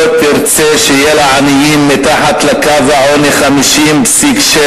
לא תרצה שיהיו לה עניים, מתחת לקו העוני, 50.7,